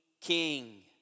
king